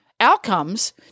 outcomes